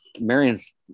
Marion's